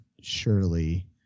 Surely